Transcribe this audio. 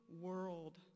world